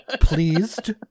pleased